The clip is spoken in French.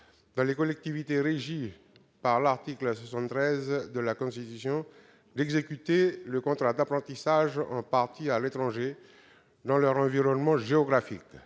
dans les collectivités régies par l'article 73 de la Constitution, d'exécuter le contrat d'apprentissage en partie à l'étranger, dans l'environnement géographique